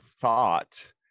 thought